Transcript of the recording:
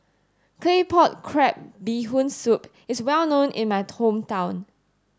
claypot crab bee hoon soup is well known in my hometown